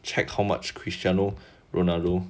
check how much cristiano ronaldo